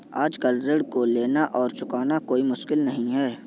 आजकल ऋण को लेना और चुकाना कोई मुश्किल नहीं है